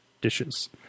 dishes